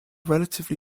relatively